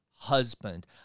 husband